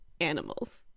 animals